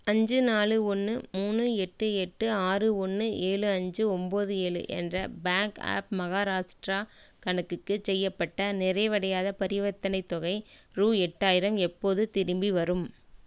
அஞ்சு நாலு ஒன்று மூணு எட்டு எட்டு ஆறு ஒன்று ஏழு அஞ்சு ஒம்பது ஏழு என்ற பேங்க் ஆஃப் மஹாராஷ்டிரா கணக்குக்கு செய்யப்பட்ட நிறைவடையாத பரிவர்த்தனைத் தொகை ரூ எட்டாயிரம் எப்போது திரும்பி வரும்